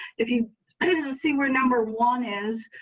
if you didn't see we're number one is